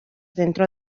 dentro